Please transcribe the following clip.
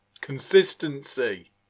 consistency